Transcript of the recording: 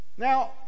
Now